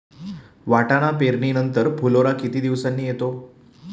वाटाणा पेरणी नंतर फुलोरा किती दिवसांनी येतो?